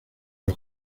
los